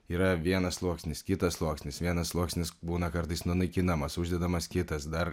yra vienas sluoksnis kitas sluoksnis vienas sluoksnis būna kartais nunaikinamas uždedamas kitas dar